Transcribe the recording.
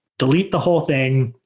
delete the whole thing,